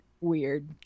weird